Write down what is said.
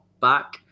back